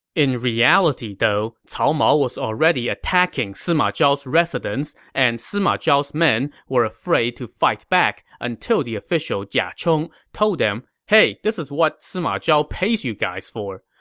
in reality, though, cao mao was attacking sima zhao's residence, and sima zhao's men were afraid to fight back until the official jia chong told them hey this is what sima zhao pays you guys for.